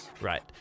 Right